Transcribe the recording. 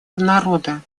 народа